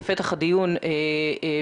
בפעם האחרונה שביקרתי שם הכיסוי הזה כבר לא היה.